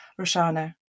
Roshana